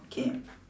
okay